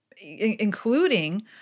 including